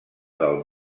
del